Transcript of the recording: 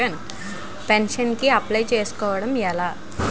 Pension కి apply చేసుకోవడం ఎలా?